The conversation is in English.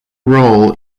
role